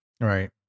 Right